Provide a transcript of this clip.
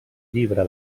llibre